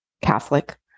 Catholic